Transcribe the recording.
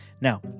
Now